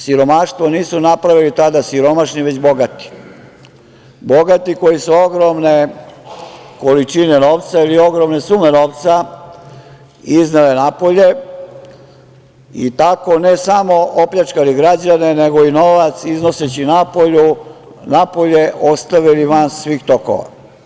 Siromaštvo nisu napravili tada siromašni, već bogati koji su ogromne količine novca ili ogromne sume novca izneli napolje i tako ne samo opljačkali građane nego i novac iznoseći napolje ostavili van svih tokova.